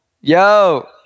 Yo